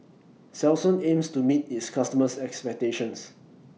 Selsun aims to meet its customers' expectations